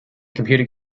computer